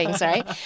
right